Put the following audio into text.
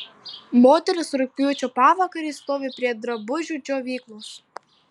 moteris rugpjūčio pavakarį stovi prie drabužių džiovyklos